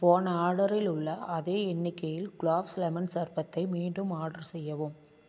போன ஆர்டரில் உள்ள அதே எண்ணிக்கையில் குலாப்ஸ் லெமன் சர்பத்தை மீண்டும் ஆர்ட்ரு செய்யவும்